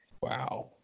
Wow